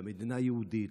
למדינה היהודית,